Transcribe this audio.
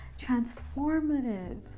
transformative